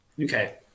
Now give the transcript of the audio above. Okay